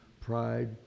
Pride